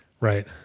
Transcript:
Right